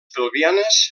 pelvianes